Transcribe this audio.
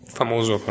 famoso